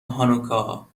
هانوکا